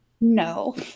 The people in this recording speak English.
No